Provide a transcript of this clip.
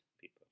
people